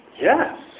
Yes